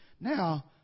now